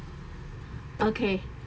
okay